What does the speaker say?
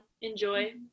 enjoy